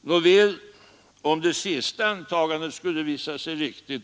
Nåväl, om det sista antagandet skulle visa sig riktigt